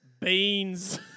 beans